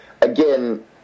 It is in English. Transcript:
again